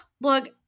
Look